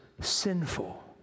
sinful